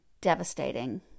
devastating